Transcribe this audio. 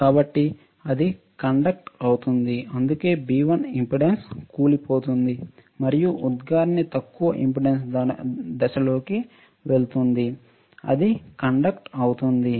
కాబట్టి అది కండక్ట అవుతుంది అందుకే B1 ఇంపెడెన్స్ కూలిపోతుంది మరియు ఉద్గారిణి తక్కువ ఇంపెడెన్స్ దశలోకి వెళుతుంది అది కండక్ట అవుతుంది